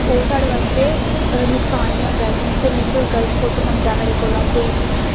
ते ओह् साढ़े बास्तै नुकसान ही होंदा ऐ जि'यां कि ओह् मिगी कोई गल्त फोटो मंगदा ऐ मेरे कोला दा कोई बी